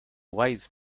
wise